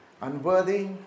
unworthy